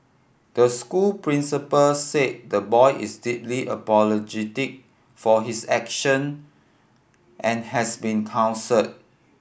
the school principal said the boy is deeply apologetic for his action and has been counselled